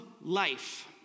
life